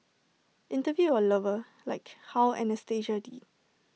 interview your lover like how Anastasia did